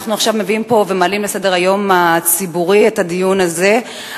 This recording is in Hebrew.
אנחנו עכשיו מביאים פה ומעלים לסדר-היום הציבורי את הדיון הזה,